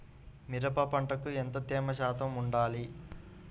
మిరప పంటకు ఎంత తేమ శాతం వుండాలి?